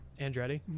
Andretti